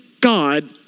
God